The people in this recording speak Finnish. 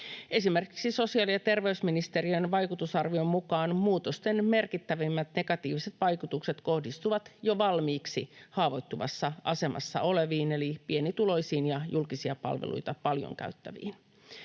Esimerkiksi sosiaali- ja terveysministeriön vaikutusarvion mukaan muutosten merkittävimmät negatiiviset vaikutukset kohdistuvat jo valmiiksi haavoittuvassa asemassa oleviin eli pienituloisiin ja julkisia palveluita paljon käyttäviin.